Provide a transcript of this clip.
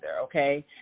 okay